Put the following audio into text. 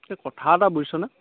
এই কথা এটা বুজিছনে